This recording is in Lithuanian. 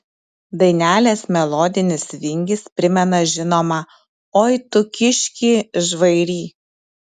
dainelės melodinis vingis primena žinomą oi tu kiški žvairy